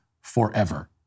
forever